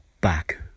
back